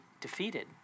defeated